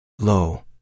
Lo